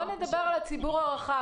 שקלים --- בוא נדבר על הציבור הרחב,